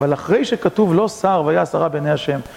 אבל אחרי שכתוב לא שר, והיה שרה בני ה'